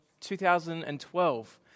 2012